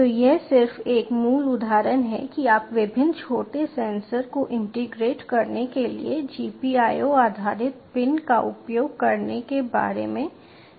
तो यह सिर्फ एक मूल उदाहरण है कि आप विभिन्न छोटे सेंसर को इंटीग्रेट करने के लिए GPIO आधारित पिन का उपयोग करने के बारे में कैसे करते हैं